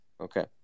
Okay